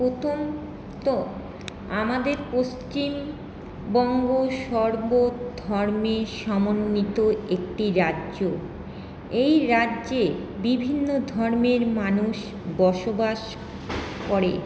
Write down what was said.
প্রথমত আমাদের পশ্চিমবঙ্গ সর্ব ধর্মে সমন্বিত একটি রাজ্য এই রাজ্যে বিভিন্ন ধর্মের মানুষ বসবাস করে